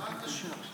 מה קשור?